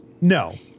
no